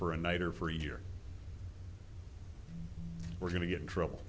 for a night or for a year we're going to get in trouble